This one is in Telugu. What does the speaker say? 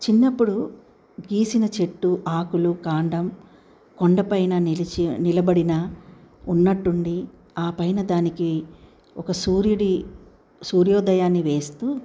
చిన్నప్పుడు గీసిన చెట్టు ఆకులు కాండం కొండ పైన నిలిచి నిలబడిన ఉన్నట్టు ఉండి ఆ పైన దానికి ఒక సూర్యుడి సూర్యోదయాన్ని వేస్తు